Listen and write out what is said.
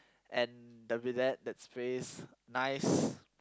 and the bidets that sprays nice